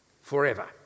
forever